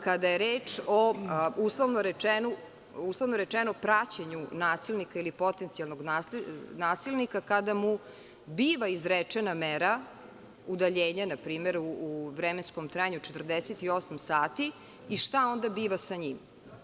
Kada je reč o uslovno rečeno praćenju nasilnika ili potencijalnog nasilnika, kada mu biva izrečena mera udaljenja npr. u vremenskom trajanju 48 sati i šta onda biva sa njim?